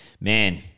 Man